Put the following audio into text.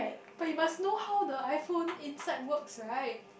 but you must know how the iPhone inside works right